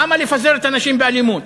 למה לפזר את האנשים באלימות?